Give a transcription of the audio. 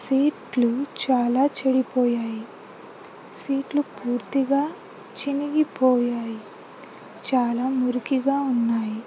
సీట్లు చాలా చెడిపోయాయి సీట్లు పూర్తిగా చినిగిపోయాయి చాలా మురికిగా ఉన్నాయి